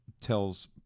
tells